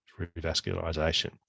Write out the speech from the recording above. revascularization